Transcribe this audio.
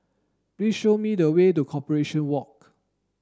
please show me the way to Corporation Walk